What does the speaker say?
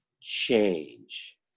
change